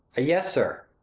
yes, sir.